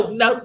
no